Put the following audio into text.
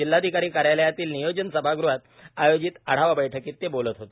जिल्हाधिकारी कार्यालयातील नियोजन सभागृहात आयोजित आढावा बैठकीत ते बोलत होते